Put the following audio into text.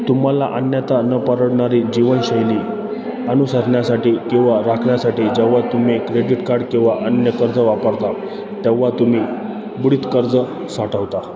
तुम्हाला अन्यथा न परवडणारी जीवनशैली अनुसरण्यासाठी किंवा राखण्यासाठी जेव्हा तुम्ही क्रेडीट कार्ड किंवा अन्य कर्ज वापरता तेव्हा तुम्ही बुडीत कर्ज साठवता